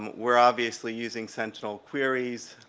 we're obviously using sentinel queries,